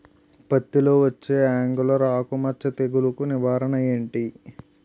పత్తి లో వచ్చే ఆంగులర్ ఆకు మచ్చ తెగులు కు నివారణ ఎంటి?